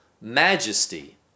majesty